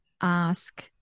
ask